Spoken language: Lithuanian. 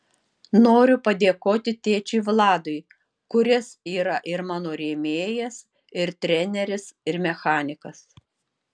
noriu padėkoti tėčiui vladui kuris yra ir mano rėmėjas ir treneris ir mechanikas